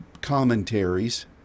commentaries